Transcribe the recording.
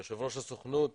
יושב ראש הסוכנות היהודית,